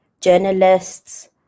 journalists